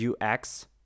ux